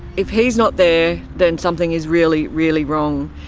if he's not there, then something is really, really wrong.